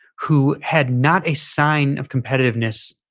who had not a sign of competitiveness,